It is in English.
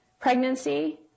pregnancy